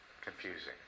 confusing